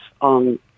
on